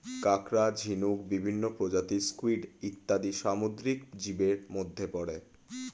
কাঁকড়া, ঝিনুক, বিভিন্ন প্রজাতির স্কুইড ইত্যাদি সামুদ্রিক জীবের মধ্যে পড়ে